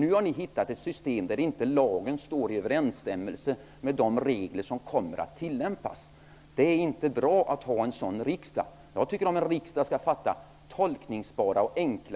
Ni har nu kommit fram till ett system vars regler inte står i överensstämmelse med de lagbestämmelser som kommer att tillämpas. Det är inte bra att ha en sådan riksdag som fattar sådana beslut. Riksdagen skall fatta enkla och tolkningsbara